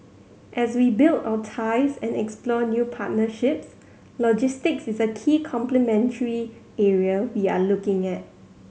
as we build our ties and explore new partnerships logistics is a key complementary area we are looking at